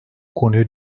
konuyu